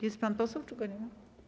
Jest pan poseł czy go nie ma?